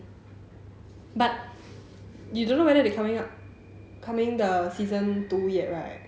but you don't know whether they coming up coming the season two yet right